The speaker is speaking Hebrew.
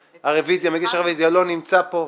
מגיש הרוויזיה לא נמצא פה,